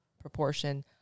proportion